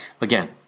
Again